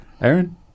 Aaron